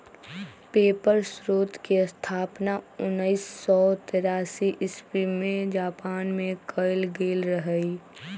paper स्रोतके स्थापना उनइस सौ तेरासी इस्बी में जापान मे कएल गेल रहइ